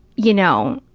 you know,